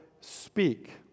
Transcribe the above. speak